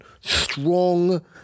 strong